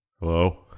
Hello